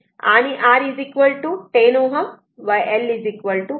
आणि R 10 ohm व L 0